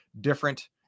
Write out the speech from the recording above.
different